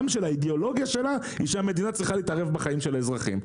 האידיאולוגיה שלה היא שהמדינה צריכה להתערב בחיים של אזרחים.